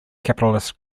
capitalist